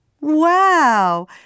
Wow